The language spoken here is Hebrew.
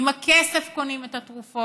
עם הכסף קונים את התרופות,